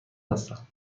هستند